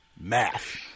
Math